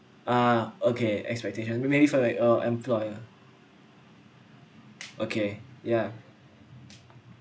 ah okay expectation maybe for like uh employer okay ya